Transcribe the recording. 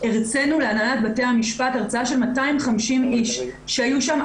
הרצינו להנהלת בתי המשפט הרצאה של 250 איש שהיו שם,